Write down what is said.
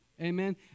Amen